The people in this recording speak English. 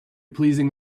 pleasing